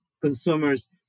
consumers